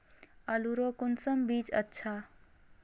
आलूर कुंसम बीज अच्छा?